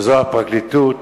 שזה הפרקליטות.